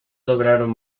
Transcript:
lograron